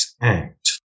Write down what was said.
Act